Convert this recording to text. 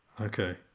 Okay